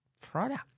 product